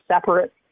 separate